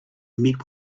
meet